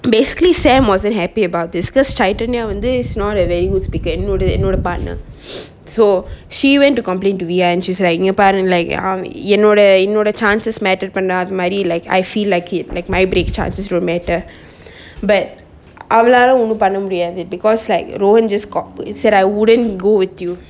basically sam wasn't happy about this cause chaitanya வந்து:vanthu not a very good speaker என்னோட என்னோட:ennoda ennoda partner so she went to complain to weea she's like இங்க பாருங்க:inga parunga like அவன் என்னோட என்னோட:avan ennoda ennoda chances matter பண்ற அது மாறி:panra athu mari like I feel like it like my break chances will matter but அவளால ஒன்னும் பண்ண முடியாது:avalala onnum panna mudiyathu because like rohan just cok~ said I wouldn't go with you